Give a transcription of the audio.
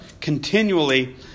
continually